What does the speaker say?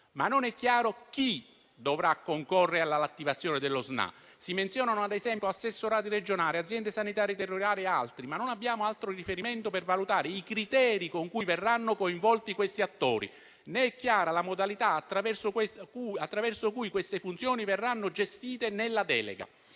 Ma non è chiaro chi dovrà concorrere alle attività dello SNAA: si menzionano, ad esempio, gli assessorati regionali o le aziende sanitarie territoriali, ma non abbiamo altri riferimenti per valutare i criteri con cui verranno coinvolti questi attori, né è chiara la modalità attraverso cui queste funzioni verranno gestite nella delega.